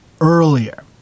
earlier